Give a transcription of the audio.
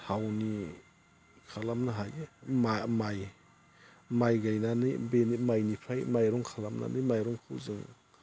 टाउननि खालामनो हायो माइ माइ गायनानै बेनो माइनिफ्राय माइरं खालामनानै माइरंखौ जों